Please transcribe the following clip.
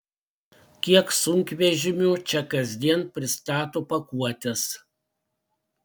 kiek sunkvežimių čia kasdien pristato pakuotes